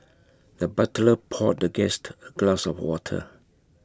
the butler poured the guest A glass of water